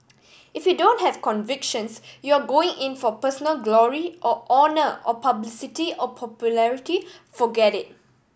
if you don't have convictions you are going in for personal glory or honour or publicity or popularity forget it